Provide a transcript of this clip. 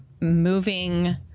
moving